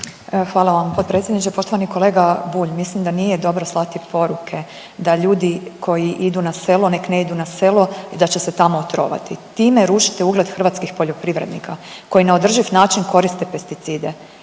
Hvala vam potpredsjedniče. Poštovani kolega Bulj mislim da nije dobro slati poruke da ljudi koji idu na selo nek ne idu na selo i da će se tamo otrovati. Time rušite ugled hrvatskih poljoprivrednika koji na održiv način koriste pesticide